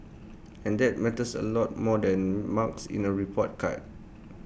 and that matters A lot more than marks in A report card